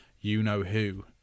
you-know-who